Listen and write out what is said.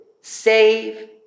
save